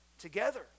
together